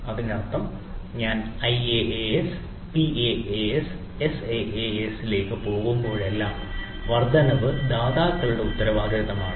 അതിനർത്ഥം ഞാൻ IaaS PaaS ലേക്ക് SaaS ലേക്ക് പോകുമ്പോഴെല്ലാം വർദ്ധനവ് ദാതാക്കളുടെ ഉത്തരവാദിത്തമാണ്